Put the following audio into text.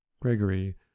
Gregory